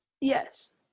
Yes